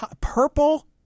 purple